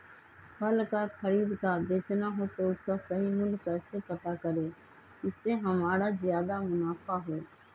फल का खरीद का बेचना हो तो उसका सही मूल्य कैसे पता करें जिससे हमारा ज्याद मुनाफा हो?